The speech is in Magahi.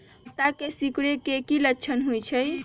पत्ता के सिकुड़े के की लक्षण होइ छइ?